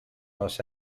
los